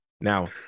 Now